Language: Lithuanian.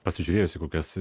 pasižiūrėjus į kokias